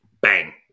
bang